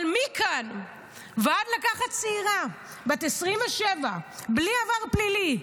אבל מכאן ועד לקחת צעירה בת 27 בלי עבר פלילי,